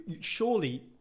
surely